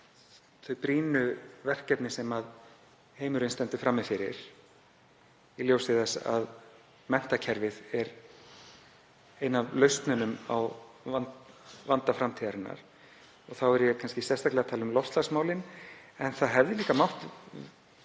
þau brýnu verkefni sem heimurinn stendur frammi fyrir í ljósi þess að menntakerfið er ein af lausnunum á vanda framtíðarinnar. Þá er ég kannski sérstaklega að tala um loftslagsmálin en það hefði líka mátt